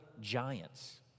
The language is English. giants